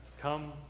come